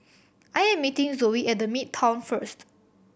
I am meeting Zoie at The Midtown first